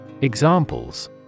Examples